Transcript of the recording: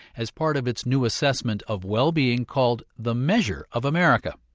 as part of its new assessment of well-being called the measure of america.